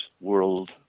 world